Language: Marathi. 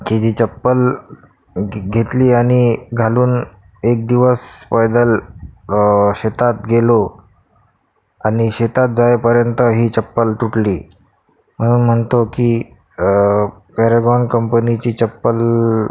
ची जी चप्पल घेतली आणि घालून एक दिवस पैदल शेतात गेलो आणि शेतात जाईपर्यंत ही चप्पल तुटली म्हणून म्हणतो की पॅरेगॉन कंपनीची चप्पल